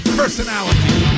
personality